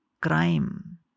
crime